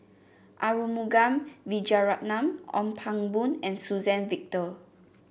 Arumugam Vijiaratnam Ong Pang Boon and Suzann Victor